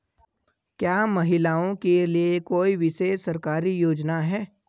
क्या महिलाओं के लिए कोई विशेष सरकारी योजना है?